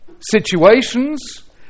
situations